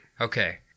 Okay